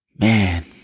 man